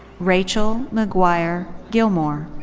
rachel meguiar gilmore.